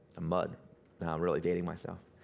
a mud. now i'm really dating myself.